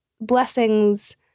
blessings